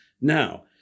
now